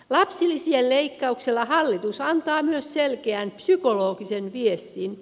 lapsilisien leikkauksella hallitus antaa myös selkeän psykologisen viestin